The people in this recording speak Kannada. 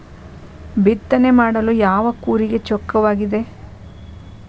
ಬಿತ್ತನೆ ಮಾಡಲು ಯಾವ ಕೂರಿಗೆ ಚೊಕ್ಕವಾಗಿದೆ?